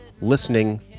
listening